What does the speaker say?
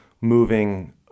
moving